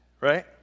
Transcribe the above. right